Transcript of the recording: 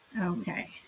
Okay